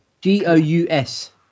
G-O-U-S